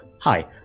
Hi